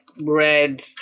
Red